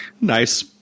Nice